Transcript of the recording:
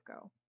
go